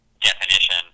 definition